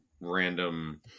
random